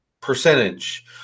percentage